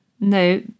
No